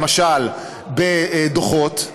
למשל בדוחות,